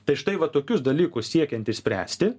tai štai va tokius dalykus siekiant išspręsti